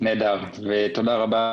תודה רבה.